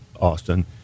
Austin